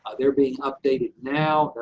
ah they're being updated now,